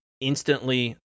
instantly